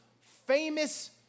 famous